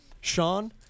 Sean